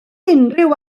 unrhyw